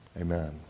Amen